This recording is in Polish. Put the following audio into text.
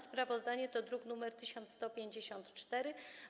Sprawozdanie to druk nr 1154.